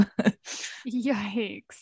Yikes